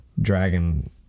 Dragon